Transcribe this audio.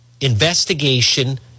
investigation